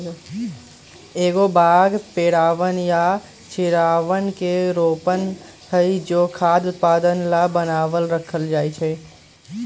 एगो बाग पेड़वन या झाड़ियवन के रोपण हई जो खाद्य उत्पादन ला बनावल रखल जाहई